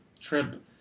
trip